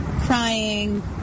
crying